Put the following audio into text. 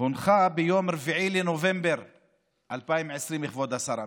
הונחה ביום 4 בנובמבר 2020, כבוד השר אמסלם.